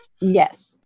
yes